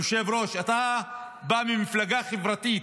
היושב-ראש, אתה בא ממפלגה חברתית,